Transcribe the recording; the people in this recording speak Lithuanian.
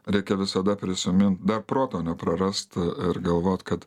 reikia visada prisimint dar proto neprarast ir galvot kad